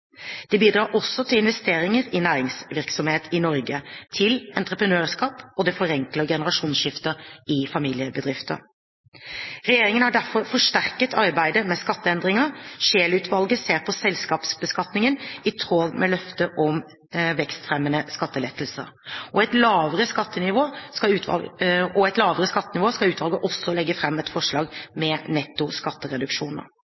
Det bidrar også til investeringer i næringsvirksomhet i Norge, til entreprenørskap, og det forenkler generasjonsskifter i familiebedrifter. Regjeringen har derfor forsterket arbeidet med skatteendringer. Scheel-utvalget ser på selskapsbeskatningen. I tråd med løftet om vekstfremmende skattelettelser og et lavere skattenivå skal utvalget også legge fram et forslag om netto skattereduksjoner. Vi forenkler. Virksomheter og eiere skal